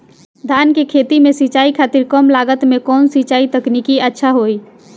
धान के खेती में सिंचाई खातिर कम लागत में कउन सिंचाई तकनीक अच्छा होई?